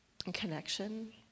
connection